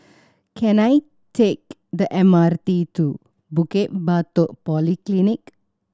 can I take the M R T to Bukit Batok Polyclinic